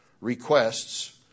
requests